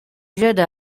jedi